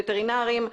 וטרינרים.